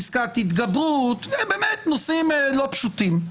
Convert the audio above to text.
פסקת התגברות באמת נושאים לא פשוטים.